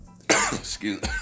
Excuse